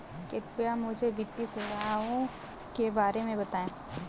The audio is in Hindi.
कृपया मुझे वित्तीय सेवाओं के बारे में बताएँ?